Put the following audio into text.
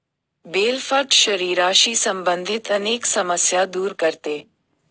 bell फळ शरीराशी संबंधित अनेक समस्या दूर करते